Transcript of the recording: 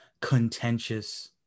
contentious